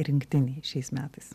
rinktinei šiais metais